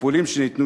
הטיפולים שניתנו,